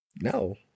No